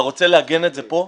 אתה רוצה לעגן את זה פה?